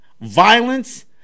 violence